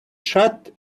shut